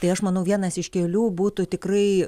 tai aš manau vienas iš kelių būtų tikrai